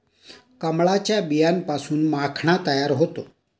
कमळाच्या बियांपासून माखणा तयार होतो